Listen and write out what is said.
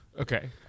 Okay